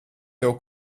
tev